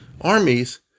armies